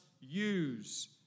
use